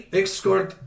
escort